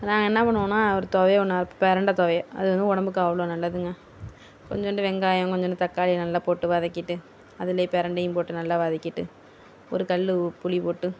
நாங்கள் என்ன பண்ணுவோம்னா ஒரு துவைய பிரண்ட துவைய அது வந்து உடம்புக்கு அவ்வளோ நல்லதுங்க கொஞ்சோண்டு வெங்காயம் கொஞ்சோண்டு தக்காளி நல்லா போட்டு வதக்கிட்டு அதிலையே பிரண்டையும் போட்டு நல்லா வதக்கிட்டு ஒரு கல் புளி போட்டு